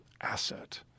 asset